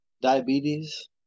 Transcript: Diabetes